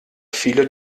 viele